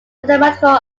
mathematical